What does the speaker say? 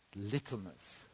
littleness